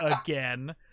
again